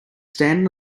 stand